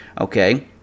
Okay